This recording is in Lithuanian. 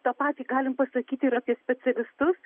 tą patį galim pasakyt ir apie specialistus